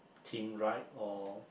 team right or